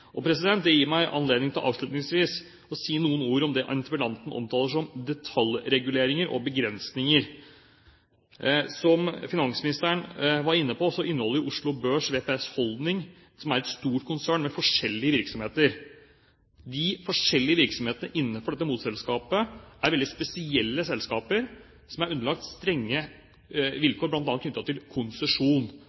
Det gir meg anledning til avslutningsvis å si noen ord om det interpellanten omtaler som «detaljregulering» og «begrensninger». Som finansministeren var inne på, er Oslo Børs VPS Holding et stort konsern med forskjellige virksomheter. De forskjellige virksomhetene innenfor dette morselskapet er veldig spesielle selskaper som er underlagt strenge vilkår bl.a. knyttet til konsesjon.